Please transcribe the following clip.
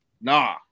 Nah